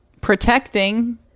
protecting